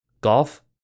golf